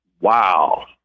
Wow